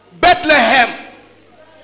Bethlehem